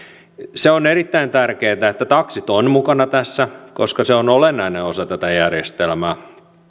se on erittäin tärkeätä että taksit ovat mukana tässä koska se on olennainen osa tätä järjestelmää